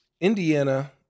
Indiana